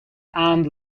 and